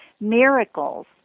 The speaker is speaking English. miracles